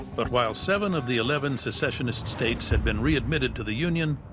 but while seven of the eleven secessionist states had been readmitted to the union,